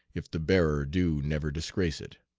if the bearer do never disgrace it.